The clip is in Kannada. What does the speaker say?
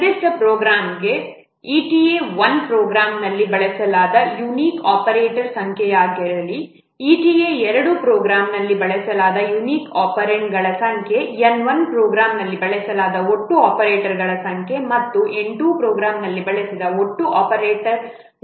ನಿರ್ದಿಷ್ಟ ಪ್ರೋಗ್ರಾಂಗೆ eta 1 ಪ್ರೋಗ್ರಾಂನಲ್ಲಿ ಬಳಸಲಾದ ಯುನಿಕ್ ಆಪರೇಟರ್ಗಳ ಸಂಖ್ಯೆಯಾಗಿರಲಿ eta 2 ಪ್ರೋಗ್ರಾಂನಲ್ಲಿ ಬಳಸಲಾದ ಯುನಿಕ್ ಒಪೆರಾಂಡ್ಗಳ ಸಂಖ್ಯೆ N 1 ಪ್ರೋಗ್ರಾಂನಲ್ಲಿ ಬಳಸಲಾದ ಒಟ್ಟು ಆಪರೇಟರ್ಗಳ ಸಂಖ್ಯೆ ಮತ್ತು N 2 ಪ್ರೋಗ್ರಾಂನಲ್ಲಿ ಬಳಸಲಾದ ಒಪೆರಾಂಡ್ಗಳ ಒಟ್ಟು ಸಂಖ್ಯೆ ಆಗಿದೆ